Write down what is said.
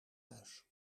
huis